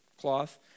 cloth